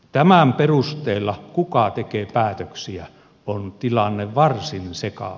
tämän perusteella kuka tekee päätöksiä on tilanne varsin sekava